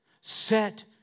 Set